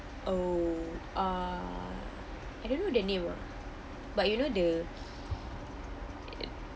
oh uh I don't know their name ah but you know the